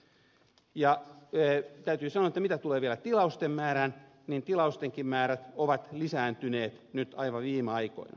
täytyy sanoa että mitä tulee vielä tilausten määrään niin tilaustenkin määrät ovat lisääntyneet aivan viime aikoina